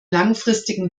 langfristigen